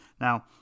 Now